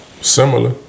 similar